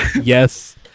yes